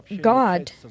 God